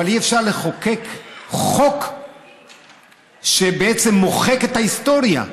אבל אי-אפשר לחוקק חוק שבעצם מוחק את ההיסטוריה.